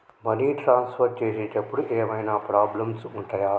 Money transfer చేసేటప్పుడు ఏమైనా problems ఉంటయా?